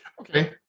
Okay